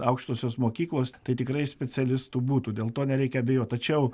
aukštosios mokyklos tai tikrai specialistų būtų dėl to nereikia abejot tačiau